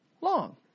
long